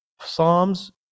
psalms